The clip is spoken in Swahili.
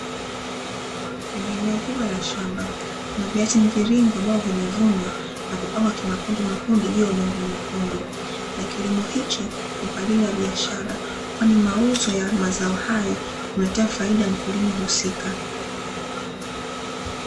Kwenye eneo kubwa la shamba, kuna viazi mviringo ambavyo vimevunwa na kupangwa kimakundimakundi juu ya udongo mwekundu. Na kilimo hichi ni kwa ajili ya biashara, kwani mauzo ya mazao hayo humletea faida mkulima husika.